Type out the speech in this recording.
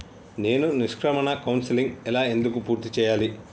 నేను నిష్క్రమణ కౌన్సెలింగ్ ఎలా ఎందుకు పూర్తి చేయాలి?